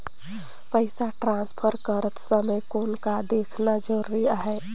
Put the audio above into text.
पइसा ट्रांसफर करत समय कौन का देखना ज़रूरी आहे?